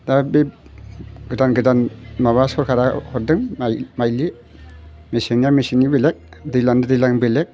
दा बे गोदान गोदान माबा सरखारा हरदों माइ माइलि मेसेङा मेसेंनि बेलेग दैज्लांनि दैज्लां बेलेग दैज्लांनि दैज्लां बेलेग